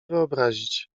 wyobrazić